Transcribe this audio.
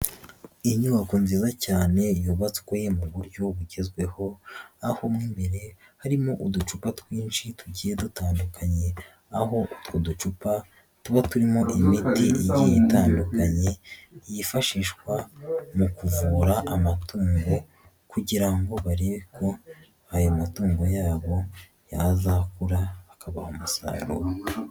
Inyubako nziza cyane vuba twe mu buryo bugezweho, aho mo imbere harimo uducupa twinshi tugiye dutandukanye, aho utwo ducupa tuba turimo imiti igiye itandukanye, yifashishwa mu kuvura amatungo kugira ngo barebe ko ayo matungo yabo yazakura, akabaha amasaro.